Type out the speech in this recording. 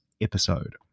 episode